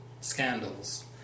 scandals